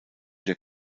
der